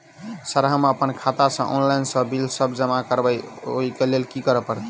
Sir हम अप्पन खाता सऽ ऑनलाइन सऽ बिल सब जमा करबैई ओई लैल की करऽ परतै?